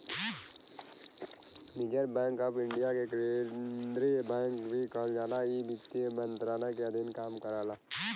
reserve bank of India के केंद्रीय bank भी कहल जाला इ वित्त मंत्रालय के अधीन काम करला